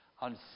on